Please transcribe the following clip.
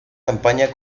campaña